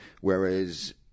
whereas